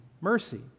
mercy